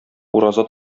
ураза